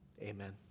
Amen